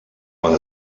quan